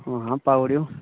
हां पाउ ओड़यो